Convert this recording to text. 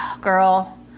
girl